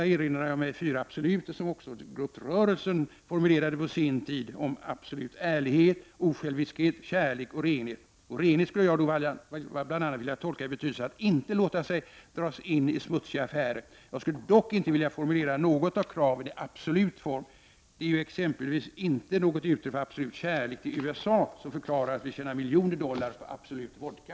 Jag erinrar mig de fyra absoluter som Oxfordgrupprörelsen en gång i tiden formulerade: absolut ärlighet, osjälviskhet, kärlek och renhet. Renhet skulle jag då vilja tolka i betydelsen att inte låta sig dras in i smutsiga affärer. Jag skulle dock inte vilja formulera något av dessa krav i absolut form. Det är exempelvis inte något uttryck för absolut kärlek till USA att vi tjänar miljoner dollar på Absolut vodka.